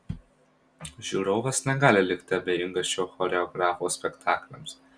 žiūrovas negali likti abejingas šio choreografo spektakliams